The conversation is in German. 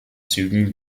zügen